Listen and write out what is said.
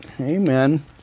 amen